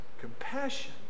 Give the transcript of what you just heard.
compassion